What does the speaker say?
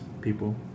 people